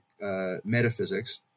metaphysics